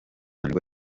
nibwo